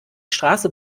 straße